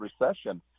recession